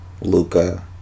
Luca